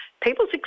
people's